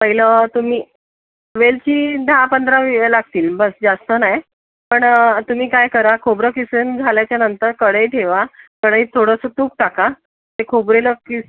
पहिलं तुम्ही वेलची दहापंधरा वी लागतील बस जास्त नाय पण तुम्ही काय करा खोबरं किसून झाल्याच्यानंतर कढई ठेवा कढईत थोडंसं तूप टाका ते खोबरेलं किस